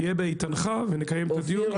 תהיה באיתנך ונקיים את הדיון.